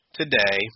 today